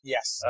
Yes